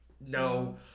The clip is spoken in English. No